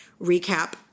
recap